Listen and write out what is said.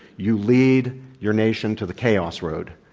you lead your nation to the chaos road.